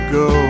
go